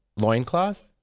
loincloth